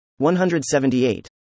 178